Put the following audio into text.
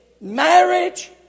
marriage